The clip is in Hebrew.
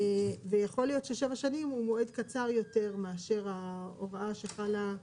ויכול להיות ש-7 שנים הוא מועד קצר יותר מאשר ההוראה שחלה,